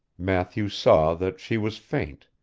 matthew saw that she was faint,